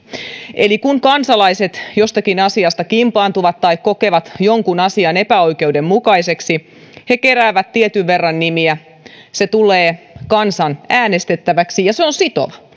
eli kun kansalaiset jostakin asiasta kimpaantuvat tai kokevat jonkun asian epäoikeudenmukaiseksi he keräävät tietyn verran nimiä se tulee kansan äänestettäväksi ja se on sitova